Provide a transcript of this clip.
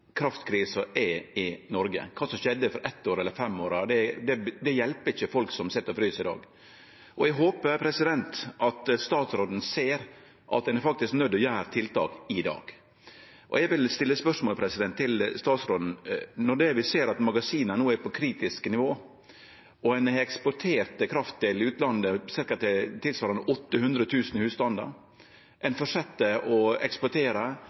i Noreg. Kva som skjedde for eitt eller fem år sidan, hjelper ikkje folk som sit og frys i dag. Eg håpar statsråden ser at ein faktisk er nøydd til å gjere tiltak i dag. Eg vil stille følgjande spørsmål til statsråden: Vi ser at magasina no er på eit kritisk nivå, ein har eksportert kraft til utlandet tilsvarande ca. 800 000 husstandar, og ein fortset å eksportere.